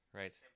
right